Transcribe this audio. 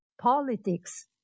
politics